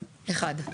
אחד.